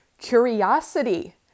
curiosity